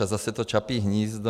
A zase to Čapí hnízdo.